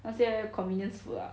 那些 convenience food ah